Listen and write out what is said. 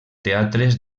teatres